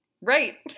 Right